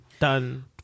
Done